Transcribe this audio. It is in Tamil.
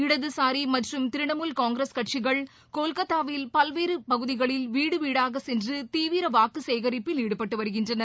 இடதுசாரி மற்றும் திரிணாமுல் காங்கிரஸ் கட்சிகள் கொல்கத்தாவில் பல்வேறு பகுதிகளில் வீடு வீடாக சென்று தீவிர வாக்குசேகரிப்பில் ஈடுபட்டு வருகின்றனர்